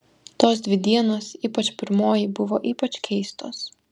tos dvi dienos ypač pirmoji buvo ypač keistos